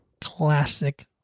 classic